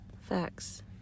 Facts